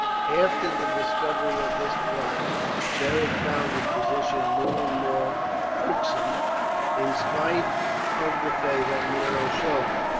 after the discovery of this plot beric found his position more and more irksome in spite of the favour nero showed him.